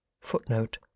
Footnote